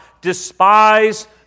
despise